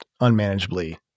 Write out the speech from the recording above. unmanageably